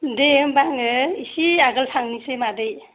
दे होमबा एसे आगोल थांनोसै मादै